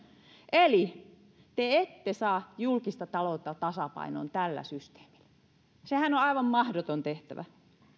eli te ette saa julkista taloutta tasapainoon tällä systeemillä sehän on on aivan mahdoton tehtävä